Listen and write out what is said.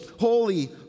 holy